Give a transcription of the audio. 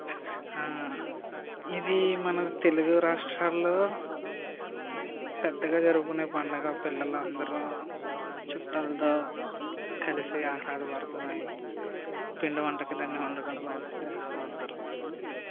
ఇది మన తెలుగు రాష్ట్రాల్లో పెద్దగా జరుపుకునే పండగ పిల్లలందరూ చుట్టాలతో కలిసి ఆహ్లాదభరితమై పిండివంటకాలు ఎన్నో వండుకుని చేస్తూ ఉంటారు